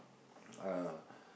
uh